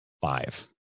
five